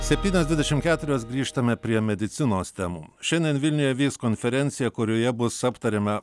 septynios dvidešim keturios grįžtame prie medicinos temų šiandien vilniuje vyks konferencija kurioje bus aptariama